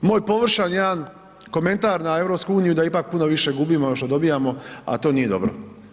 Moj površan jedan komentar na EU da ipak puno više gubimo nego što dobivamo, a to nije dobro.